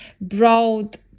broad